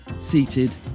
seated